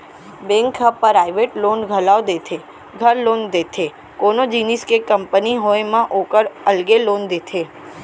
bank ह private loan घलौ देथे, घर लोन देथे, कोनो जिनिस के कंपनी होय म ओकर अलगे लोन देथे